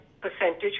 percentage